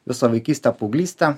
visą vaikystę paauglystę